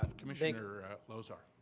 commmissioner lozar?